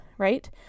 right